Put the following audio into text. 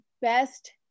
best